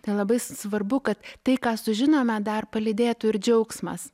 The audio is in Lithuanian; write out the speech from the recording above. labai svarbu kad tai ką sužinome dar palydėtų ir džiaugsmas